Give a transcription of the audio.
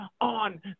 on